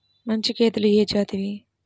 మంచి గేదెలు ఏ జాతివి?